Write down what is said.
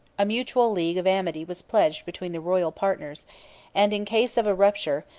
a mutual league of amity was pledged between the royal partners and in case of a rupture,